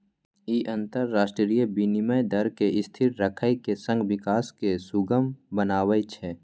ई अंतरराष्ट्रीय विनिमय दर कें स्थिर राखै के संग विकास कें सुगम बनबै छै